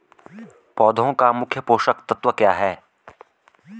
पौधें का मुख्य पोषक तत्व क्या है?